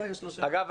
אגב,